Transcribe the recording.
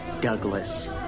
Douglas